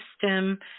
system